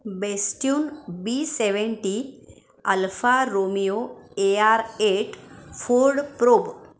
Bestune B seventy Alfa Romeo A R eight Ford probe